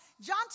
John